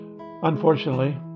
Unfortunately